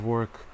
Work